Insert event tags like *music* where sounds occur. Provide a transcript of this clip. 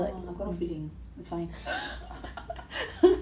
*noise* I got no feeling it's fine *laughs*